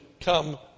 come